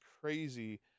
crazy